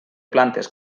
plantes